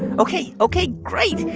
ok. ok, great.